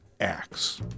acts